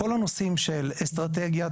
כל הנושאים של אסטרטגיה,